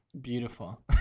Beautiful